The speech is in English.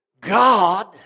God